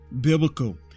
biblical